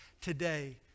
today